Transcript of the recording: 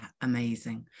amazing